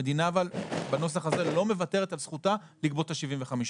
המדינה בנוסח הזה לא מוותרת על זכותה לגבות את ה-75 אחוזים.